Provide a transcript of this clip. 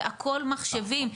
זה הכול מחשבים,